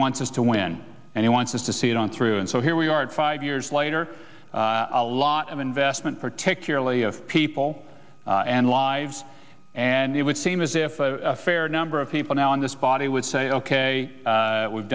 us to win and he wants us to see it on through and so here we are five years later a lot of investment particularly of people and lives and it would seem as if a fair number of people now in this body would say ok we've